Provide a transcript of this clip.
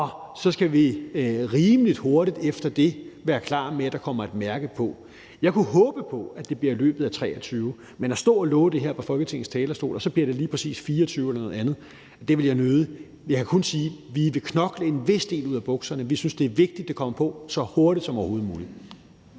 og så skal vi rimelig hurtigt efter det være klar med, at der kommer et mærke på. Jeg kunne håbe på, at det bliver i løbet af 2023, men at stå og love det her på Folketingets talerstol – og så bliver det lige præcis 2024 eller noget andet – vil jeg nødig gøre. Jeg kan kun sige, at vi vil knokle en vis del ud af bukserne. Vi synes, det er vigtigt, at det kommer på så hurtigt som overhovedet muligt.